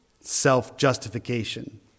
self-justification